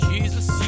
Jesus